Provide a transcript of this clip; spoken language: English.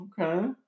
Okay